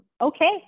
Okay